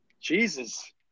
Jesus